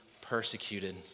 persecuted